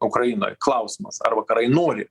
ukrainoj klausimas ar vakarai nori